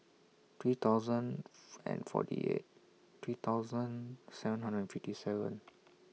three thousand and forty eight three thousand seven hundred fifty seven